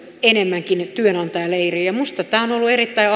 enemmänkin työnantajaleiriin ja minusta tämä on ollut erittäin